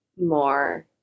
more